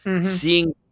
seeing